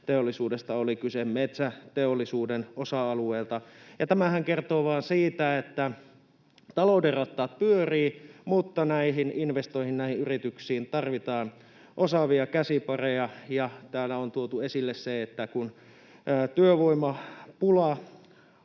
energiateollisuudesta tai metsäteollisuuden osa-alueelta, ja tämähän kertoo vain siitä, että talouden rattaat pyörivät. Mutta näihin investointeihin, näihin yrityksiin tarvitaan osaavia käsipareja, ja täällä on tuotu esille se, että työvoimapula